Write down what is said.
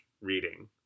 reading